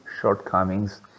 shortcomings